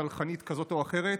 סלחנית כזאת או אחרת.